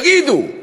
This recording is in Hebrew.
תגידו,